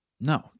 No